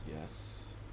Yes